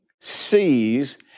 sees